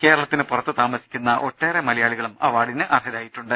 കേരളത്തിന് പുറത്ത് താമസിക്കുന്ന ഒട്ടേറെ മലയാളികളും അവാർഡിന് അർഹരായിട്ടുണ്ട്